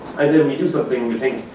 and then when you do something you think,